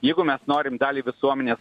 jeigu mes norim dalį visuomenės